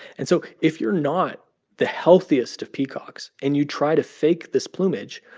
and so if you're not the healthiest of peacocks and you try to fake this plumage,